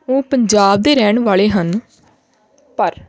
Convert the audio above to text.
ਉਹ ਪੰਜਾਬ ਦੇ ਰਹਿਣ ਵਾਲੇ ਹਨ ਪਰ